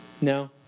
No